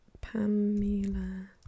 Pamela